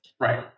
Right